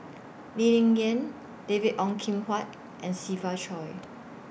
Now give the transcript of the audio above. Lee Ling Yen David Ong Kim Huat and Siva Choy